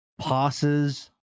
passes